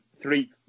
three